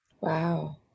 Wow